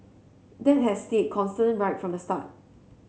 that has stayed constant right from the start